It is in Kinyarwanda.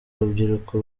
rubyiruko